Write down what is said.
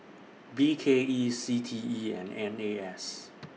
B K E C T E and N A S